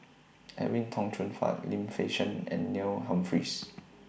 Edwin Tong Chun Fai Lim Fei Shen and Neil Humphreys